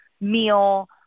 meal